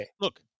look